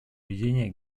ведения